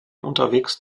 unterwegs